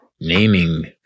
naming